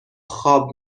خواب